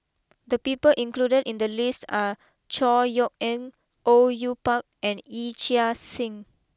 the people included in the list are Chor Yeok Eng Au Yue Pak and Yee Chia Hsing